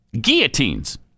Guillotines